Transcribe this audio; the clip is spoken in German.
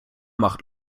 macht